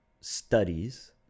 studies